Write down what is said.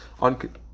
on